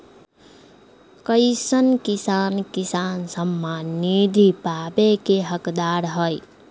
कईसन किसान किसान सम्मान निधि पावे के हकदार हय?